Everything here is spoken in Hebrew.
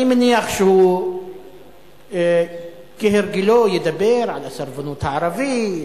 אני מניח שהוא כהרגלו ידבר על הסרבנות הערבית,